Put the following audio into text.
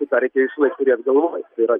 šitą reikia visąlaik turėt galvoj tai yra